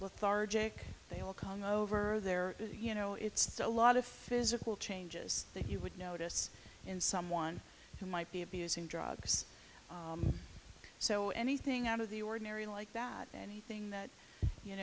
both r j they all come over there you know it's a lot of physical changes that you would notice in someone who might be abusing drugs so anything out of the ordinary like that anything that you